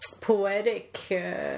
poetic